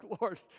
Lord